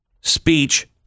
speech